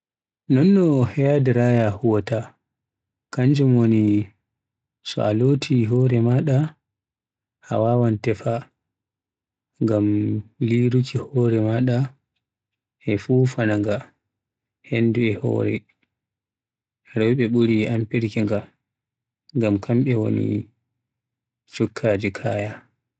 Nonno hairdryer kuuwaata kanjum woni so a loti hore maada, a wawan tefa ngam, ngam liruki hore maada e fufunaaga hendu haa yoora. Rewbe buri amfirki nga, ngam kembe woni cukkaji Kaya.